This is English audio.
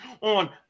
on